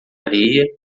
areia